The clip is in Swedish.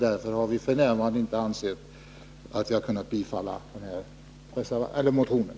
Därför har vi funnit att vi f. n. inte kan tillstyrka motionen.